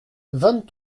vingt